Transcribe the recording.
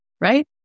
right